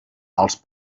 als